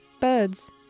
Birds